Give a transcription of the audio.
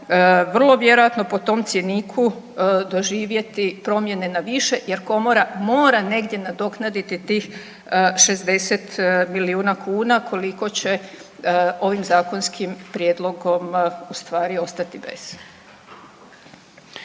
vrlo vjerojatno po tom cjeniku doživjeti promjene na više jer Komora mora negdje nadoknaditi tih 60 milijuna kuna koliko će ovim zakonskim prijedlogom u stvari ostati bez.